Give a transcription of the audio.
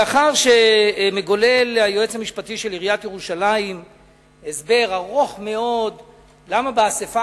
לאחר שהיועץ המשפטי של עיריית ירושלים מגולל הסבר ארוך מאוד למה באספה